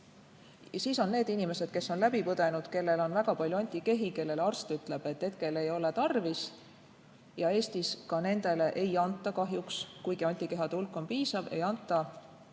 Ja on need inimesed, kes on läbi põdenud, kellel on väga palju antikehi, kellele arst ütleb, et hetkel ei ole tarvis [vaktsineerida]. Eestis ka nendele ei anta kahjuks, kuigi antikehade hulk on piisav,